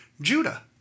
Judah